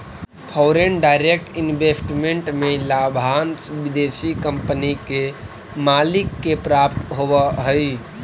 foreign direct investment में लाभांश विदेशी कंपनी के मालिक के प्राप्त होवऽ हई